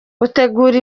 utegura